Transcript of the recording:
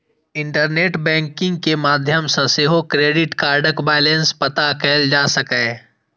internet banking के माध्यम सं सेहो क्रेडिट कार्डक बैलेंस पता कैल जा सकैए